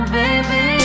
baby